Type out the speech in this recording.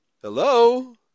Hello